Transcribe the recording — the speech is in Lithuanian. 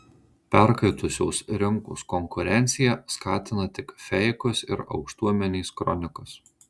perkaitusios rinkos konkurencija skatina tik feikus ir aukštuomenės kronikas